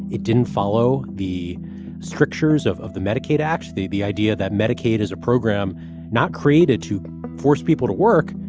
it didn't follow the strictures of of the medicaid, actually. the idea that medicaid is a program not created to force people to work,